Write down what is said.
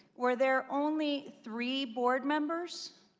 were there only three board members?